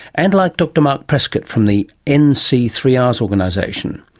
and like dr mark prescott from the n c three r s organisation.